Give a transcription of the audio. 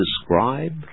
describe